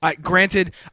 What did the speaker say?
Granted